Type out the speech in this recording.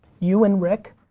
you and rick,